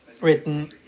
written